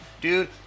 dude